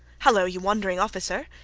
hallo, you wandering officer!